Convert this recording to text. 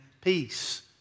peace